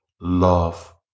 love